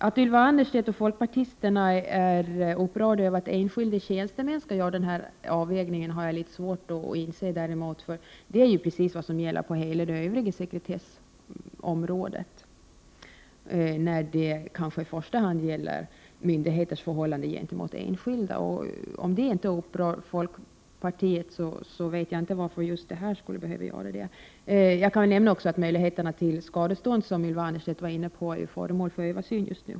Att Ylva Annerstedt och folkpartisterna är upprörda över att enskilda tjänstemän skall göra avvägningen har jag svårt att förstå. Det är precis vad som gäller hela det övriga sekretessområdet, kanske i första hand myndigheternas förhållanden gentemot enskilda. Om det inte upprör folkpartiet vet jag inte varför detta skulle göra det. Jag kan också nämna att möjligheterna till skadestånd, som Ylva Annerstedt var inne på, är föremål för översyn just nu.